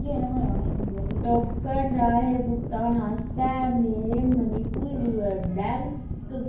token राहें भुगतान आस्तै मेरे मणीपुर रूरल बैंक